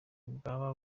bwaba